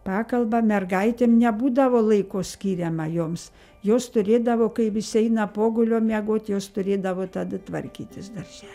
pakalba mergaitėm nebūdavo laiko skiriama joms jos turėdavo kai visi eina pogulio miegoti jos turėdavo tada tvarkytis darželį